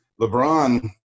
LeBron